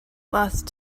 lost